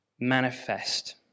manifest